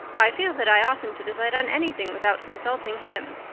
i feel that i oughtn't to decide on anything without consulting him.